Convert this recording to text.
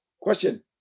question